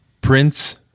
Prince